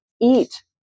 eat